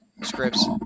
scripts